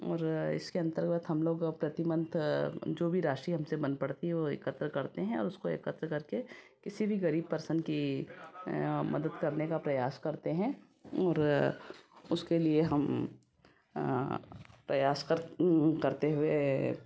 मुझे इसके अंतर्गत हम लोग प्रति मंथ जो भी राशि हम से बन पड़ती है वो एकत्र करते हैं और उसको एकत्र करके किसी भी गरीब पर्सन की मदद करने का प्रयास करते हैं और उसके लिए हम प्रयास कर करते हैं